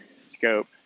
Scope